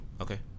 Okay